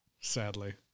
sadly